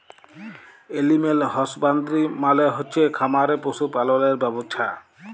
animal husbandry মালে হচ্ছে খামারে পশু পাললের ব্যবছা